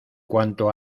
cuanto